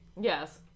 Yes